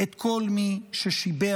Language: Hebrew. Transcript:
את כל מי ששיבח,